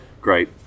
great